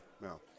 No